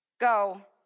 go